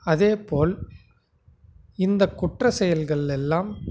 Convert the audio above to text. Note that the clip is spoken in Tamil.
அதேபோல் இந்த குற்ற செயல்கள் எல்லாம்